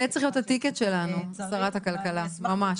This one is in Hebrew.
זה צריך להיות ה- ticket שלנו, שרת הכלכלה, ממש.